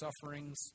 sufferings